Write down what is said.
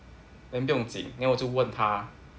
then 不用经 then 我就问他